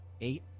Eight